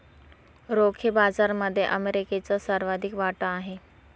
रोखे बाजारामध्ये अमेरिकेचा सर्वाधिक वाटा आहे